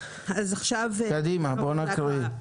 קדימה, בואו נקריא.